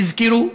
תזכרו,